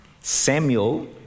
Samuel